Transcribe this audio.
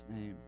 name